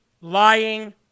lying